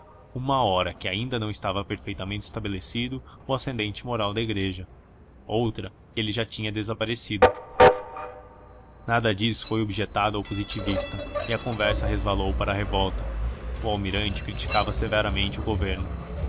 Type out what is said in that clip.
uma hora que ainda não estava perfeitamente estabelecido o ascendente moral da igreja outra que ele já tinha desaparecido nada disso foi objetado ao positivista e a conversa resvalou para a revolta o almirante criticava severamente o governo